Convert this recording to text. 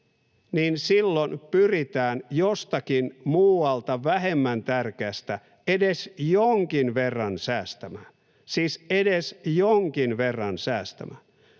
niin silloin pyritään jostakin muualta vähemmän tärkeästä edes jonkin verran säästämään — siis edes jonkin verran säästämään.